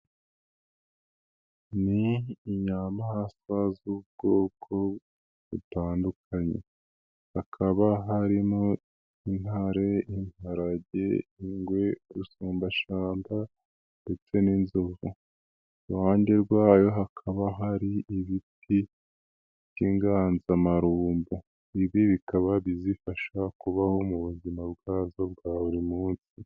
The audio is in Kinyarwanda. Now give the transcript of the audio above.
Ni inyamahaswate z'ubwoko butandukanye, hakaba harimo intare, inparage, ingwe, isumbashamba ndetse n'inzovu, iruhande rwayo hakaba hari ibiti by'inganzamarumbo, bikaba bizifasha kubaho mu buzima bwazo bwa buri munsi.